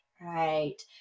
right